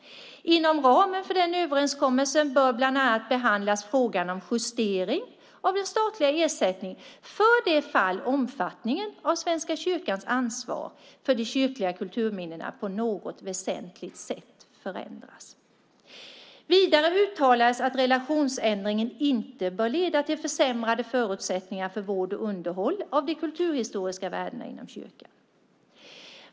Inom ramen för den överenskommelsen bör bland annat frågan behandlas om justering av den statliga ersättningen för det fall omfattningen av Svenska kyrkans ansvar för de kyrkliga kulturminnena på något väsentligt sätt förändras. Vidare uttalas att relationsförändringen inte bör leda till försämrade förutsättningar för vård och underhåll av de kulturhistoriska värdena inom kyrkan.